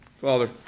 Father